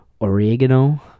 oregano